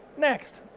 next,